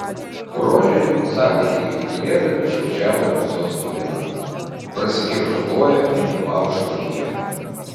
rožė likus savaitei iki kalėdų išvažiavo į mėsos kombinatą prasikirto koją į nulaužtą ieną